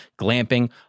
glamping